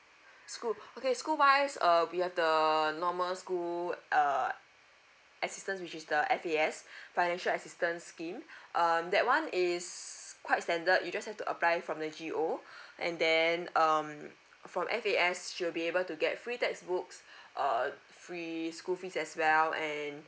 school okay school wise uh we have the normal school err assistance which is the F_A_S financial assistance scheme um that one is quite standard you just have to apply from the G_O and then um from F_A_S she will be able to get free textbooks err free school fees as well and